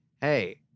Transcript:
Hey